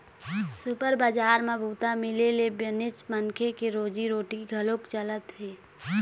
super बजार म बूता मिले ले बनेच मनखे के रोजी रोटी घलोक चलत हे